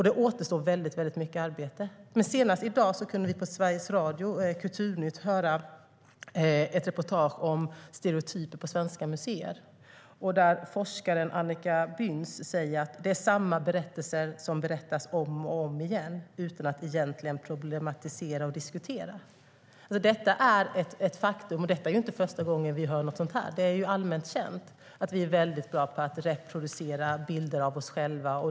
Det återstår mycket arbete. Senast i dag kunde vi på Sveriges Radios Kulturnytt höra ett reportage om stereotyper på svenska museer. Forskaren Annika Bünz säger där att det är samma berättelser som berättas om och om igen, utan att man egentligen problematiserar och diskuterar. Detta är ett faktum, och det är inte första gången vi hör sådant. Det är allmänt känt att vi är bra på att reproducera bilder av oss själva.